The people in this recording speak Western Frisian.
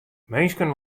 minsken